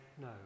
no